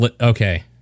Okay